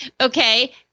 Okay